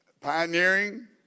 pioneering